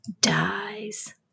dies